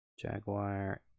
Jaguar